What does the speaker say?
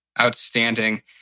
Outstanding